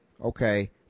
okay